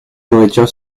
nourriture